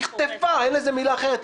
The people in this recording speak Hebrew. נחטפה, אין לזה מילה אחרת.